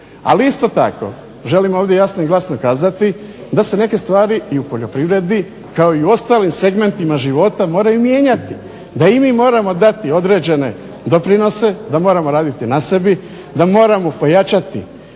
Ali isto tako želim ovdje jasno i glasno kazati da se neke stvari i u poljoprivredi kao i u ostalim segmentima života moraju mijenjati, da i mi moramo dati određene doprinose, da moramo raditi na sebi, da moramo pojačati